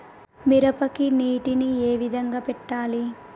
మిరపకి నీటిని ఏ విధంగా పెట్టాలి?